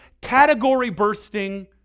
category-bursting